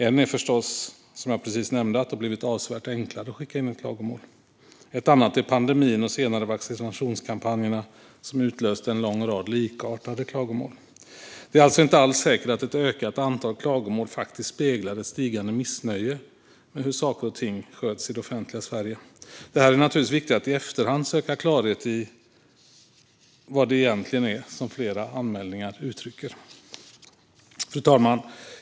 En är förstås att det, som jag precis nämnde, har blivit avsevärt enklare att skicka in ett klagomål. Ett annat är pandemin och senare vaccinationskampanjerna, som utlöste en lång rad likartade klagomål. Det är alltså inte alls säkert att ett ökat antal klagomål faktiskt speglar ett stigande missnöje med hur saker och ting sköts i det offentliga Sverige. Det är naturligtvis viktigt att i efterhand söka klarhet i vad det egentligen är som fler anmälningar uttrycker. Fru talman!